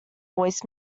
voice